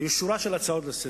היתה שורה של הצעות לסדר-יום.